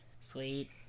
Sweet